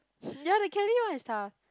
ya the cabin one is tough